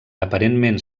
aparentment